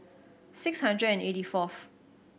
six hundred and eighty fourth